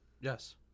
Yes